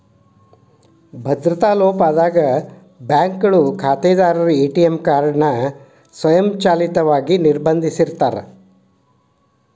ಭದ್ರತಾ ಲೋಪ ಆದಾಗ ಬ್ಯಾಂಕ್ಗಳು ಖಾತೆದಾರರ ಎ.ಟಿ.ಎಂ ಕಾರ್ಡ್ ನ ಸ್ವಯಂಚಾಲಿತವಾಗಿ ನಿರ್ಬಂಧಿಸಿರ್ತಾರ